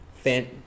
fan